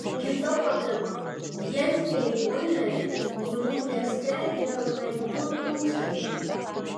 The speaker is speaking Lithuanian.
kita problema vietiniai boileriai kurių mieste yra beveik du tūkstančiai